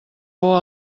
por